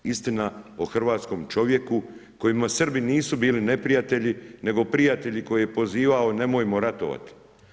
Istina o hrvatskom čovjeku, kome Srbi nisu bili neprijatelji, nego prijatelji koje je pozivao nemojmo ratovati.